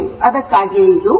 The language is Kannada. ಅದಕ್ಕಾಗಿಯೇ 2 π n r ಆಗಿದೆ